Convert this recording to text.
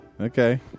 Okay